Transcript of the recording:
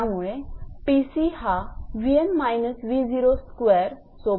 त्यामुळे 𝑃𝑐 हा 𝑉𝑛−𝑉02सोबत प्रपोर्शनल आहे